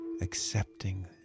accepting